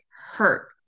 hurt